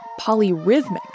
polyrhythmic